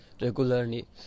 regularly